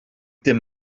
dim